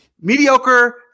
mediocre